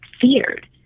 feared